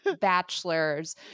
bachelors